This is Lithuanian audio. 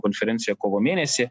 konferenciją kovo mėnesį